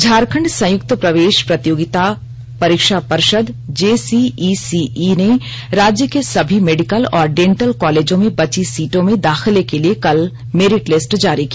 झारखंड संयुक्त प्रवेश प्रतियोगिता परीक्षा पर्षद जेसीईसीई बोर्ड ने राज्य के सभी मेडिकल और डेंटल कॉलेजों में बची सीटों में दाखिले के लिए कल मेरिट लिस्ट जारी की